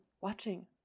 watching